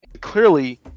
Clearly